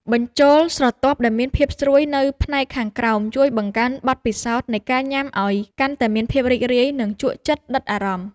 បញ្ចូលស្រទាប់ដែលមានភាពស្រួយនៅផ្នែកខាងក្រោមជួយបង្កើនបទពិសោធន៍នៃការញ៉ាំឱ្យកាន់តែមានភាពរីករាយ និងជក់ចិត្តដិតអារម្មណ៍។